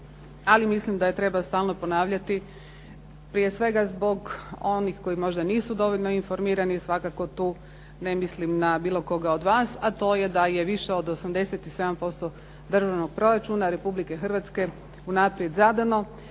ali mislim da je treba stalno ponavljati, prije svega zbog onih koji možda nisu dovoljno informirani, svakako tu ne mislim na bilo koga od vas, a to je da je više od 87% Državnog proračuna Republike Hrvatske unaprijed zadano